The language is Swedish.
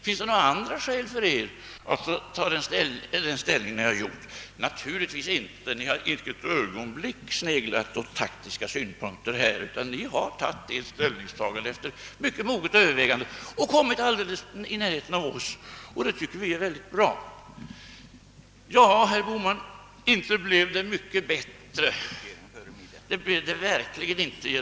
Finns det några andra skäl för er att inta den ståndpunkt ni har valt? Naturligtvis inte, ni har inte ett ögonblick sneglat åt taktiska synpunkter, utan ni har tagit ställning efter mycket moget övervägande och kommit alldeles i närheten av oss, och det tycker vi är mycket bra. Ja, herr Bohman, inte blir det mycket bättre genom herr Bohmans senaste inlägg.